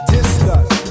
Discuss